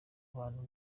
bantu